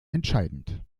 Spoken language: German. entscheidend